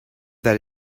that